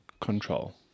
Control